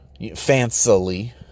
fancily